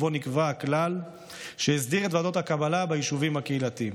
ובו נקבע כלל שהסדיר את ועדות הקבלה ביישובים קהילתיים.